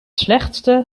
slechtste